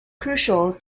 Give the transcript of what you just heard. crucial